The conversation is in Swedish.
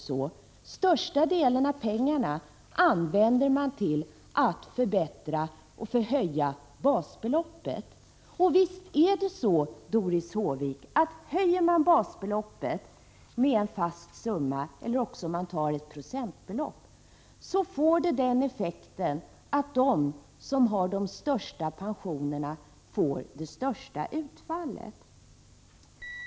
Största delen av pengarna används till att höja basbeloppet. Om basbeloppet höjs med en fast summa eller ett procentbelopp, Doris Håvik, får det den effekten att de som har de största pensionerna får det största utfallet.